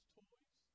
toys